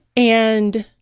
and